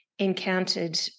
encountered